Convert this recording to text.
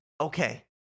Okay